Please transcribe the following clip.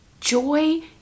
Joy